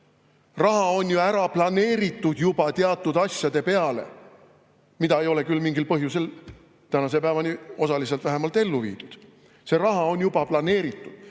raha on ära planeeritud juba teatud asjade peale, mida ei ole küll mingil põhjusel tänase päevani vähemalt osaliselt ellu viidud. See raha on juba planeeritud.